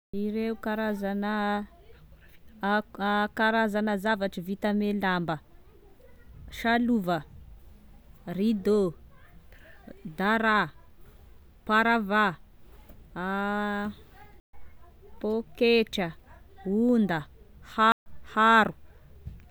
Ireo karazana, a- karazana zavatra vita ame ndamba: salova, rideau, dara, parava, pôketra, onda, ha- haro.